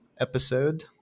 episode